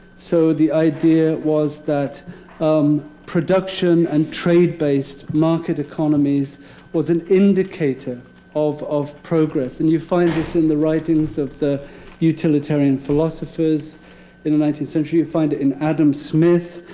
so the idea was that um production and trade-based market economies was an indicator of of progress. and you find this in the writings of the utilitarian philosophers in the nineteenth century. you find it in adam smith,